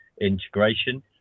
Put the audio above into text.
integration